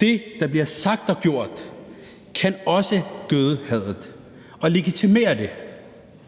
det, der bliver sagt og gjort, kan også gøde hadet og legitimere det.